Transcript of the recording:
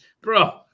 bro